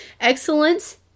Excellence